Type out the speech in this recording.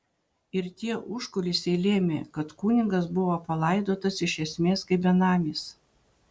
ir tie užkulisiai lėmė kad kunigas buvo palaidotas iš esmės kaip benamis